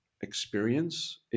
experience